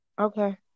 okay